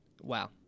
Wow